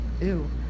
Ew